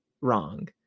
wrong